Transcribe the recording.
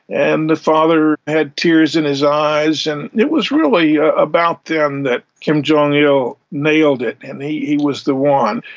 and the father had tears in his eyes, and it was really ah about then that kim jong-il nailed it, and he was the one.